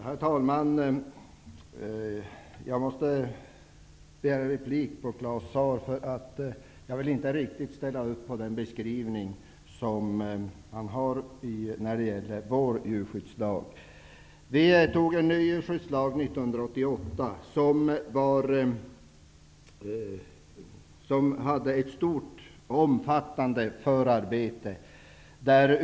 Herr talman! Jag måste begära replik på Claus Zaars anförande, eftersom jag inte riktigt vill ställa upp på den beskrivning som han ger av vår djurskyddslag. Vi antog en ny djurskyddslag 1988. Den hade ett stort och omfattande förarbete.